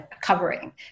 covering